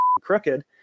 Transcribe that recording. crooked